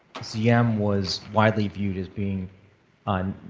yeah um was widely viewed as being um